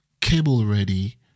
cable-ready